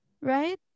Right